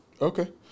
Okay